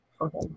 Okay